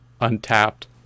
untapped